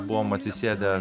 buvom atsisėdę